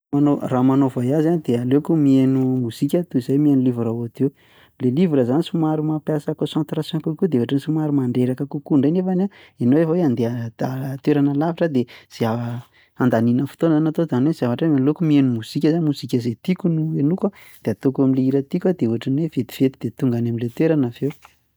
Manao raha manao voyage a de aleoko mihaino mozika toy zay mihaino livre audio. Le livre zany somary mampiasa concentration kokoa de ohatry ny somary mandreraka kokoa ndray nefany ianao efa hoe andeha a- ta- toerana lavitra de zay a- andaniana fotoana zany no atao, zany hoe zavatra hoe aleoko mihaino mozika zany mozika zay tiako no henoiko a de ataoko am'le hira tiako a ohatry ny hoe vetivety de tonga any am'lay toerana avy eo.